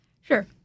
Sure